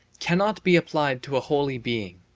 cannot be applied to a holy being.